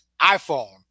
iPhone